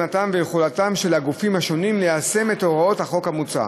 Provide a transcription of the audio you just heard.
ויכולתם של הגופים השונים ליישם את הוראות החוק המוצע.